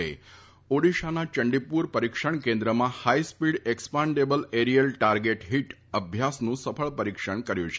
એ ઓડિશાના ચંડીપુર પરિક્ષણ કેન્દ્રમાં high speed expendable aerial target HEAT અભ્યાસનું સફળ પરિક્ષણ કર્યું છે